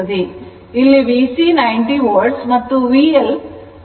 ಇಲ್ಲಿ VC 90 volt ಮತ್ತು VC 40 volt ಇದೆ